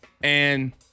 And-